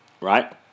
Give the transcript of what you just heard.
right